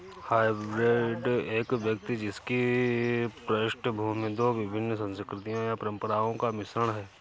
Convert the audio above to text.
hybrid एक व्यक्ति जिसकी पृष्ठभूमि दो विविध संस्कृतियों या परंपराओं का मिश्रण है